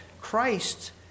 Christ